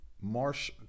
marsh